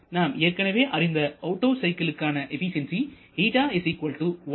நாம் ஏற்கனவே அறிந்த ஒட்டோ சைக்கிளுக்குகான எபிசியன்சி இங்கு k 1